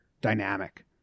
dynamic